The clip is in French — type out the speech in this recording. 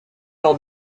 lors